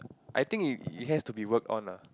I think it has to be worked on